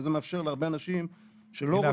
וזה מאפשר להרבה אנשים שלא רוצים.